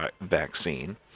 vaccine